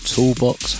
Toolbox